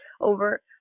over